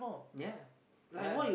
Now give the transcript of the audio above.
ya ya